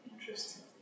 Interesting